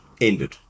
ended